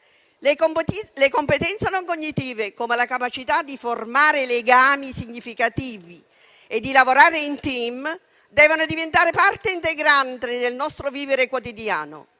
Le competenze non cognitive, come la capacità di formare legami significativi e di lavorare in *team*, devono diventare parte integrante del nostro vivere quotidiano.